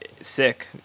sick